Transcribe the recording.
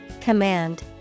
Command